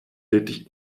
wirklich